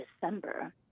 December